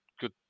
good